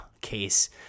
case